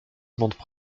demandent